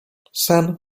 sen